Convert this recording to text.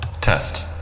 Test